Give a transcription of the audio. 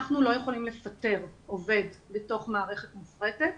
אנחנו לא יכולים לפטר עובד בתוך מערכת מופרטת.